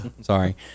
Sorry